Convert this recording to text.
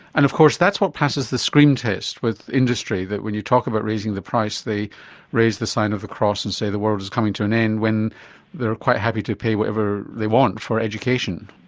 and of course that's what passes the screen test with industry, that when you talk about raising the price they raise the sign of the cross and say the world is coming to an end when they are quite happy to pay whatever they want for education.